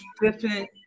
different